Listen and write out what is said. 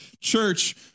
Church